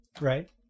Right